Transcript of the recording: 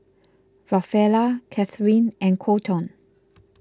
Rafaela Cathrine and Kolton